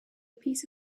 piece